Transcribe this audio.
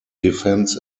defends